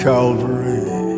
Calvary